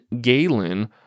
Galen